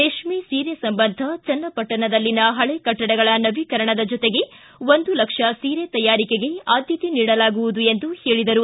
ರೇಷ್ಮೆ ಸೀರೆ ಸಂಬಂಧ ಚನ್ನಪಟ್ಟಣದಲ್ಲಿನ ಹಳೆ ಕಟ್ಟಡಗಳ ನವೀಕರಣ ಜತೆಗೆ ಒಂದು ಲಕ್ಷ ಸೀರೆ ತಯಾರಿಕೆಗೆ ಆದ್ಯತೆ ನೀಡಲಾಗುವುದು ಎಂದು ಹೇಳಿದರು